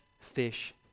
fish